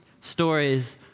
stories